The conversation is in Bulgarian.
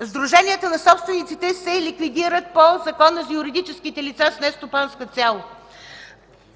сдруженията на собствениците се ликвидират по Закона за юридическите лица с нестопанска цел.